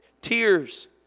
tears